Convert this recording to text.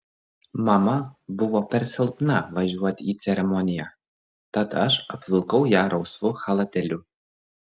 mama buvo per silpna važiuoti į ceremoniją tad aš apvilkau ją rausvu chalatėliu